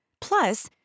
Plus